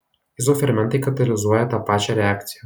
izofermentai katalizuoja tą pačią reakciją